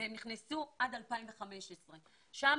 והם נכנסו עד 2015. גם שם